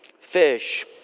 fish